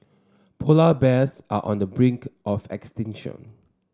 polar bears are on the brink of extinction